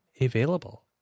available